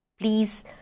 Please